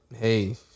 Hey